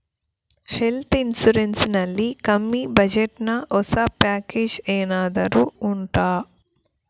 health insurance ನಲ್ಲಿ ಕಮ್ಮಿ budget ನ ಹೊಸ ಪ್ಯಾಕೇಜ್ ಏನಾದರೂ ಉಂಟಾ